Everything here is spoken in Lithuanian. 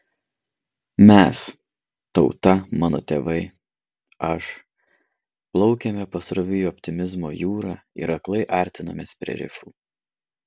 mes tauta mano tėvai aš plaukėme pasroviui optimizmo jūra ir aklai artinomės prie rifų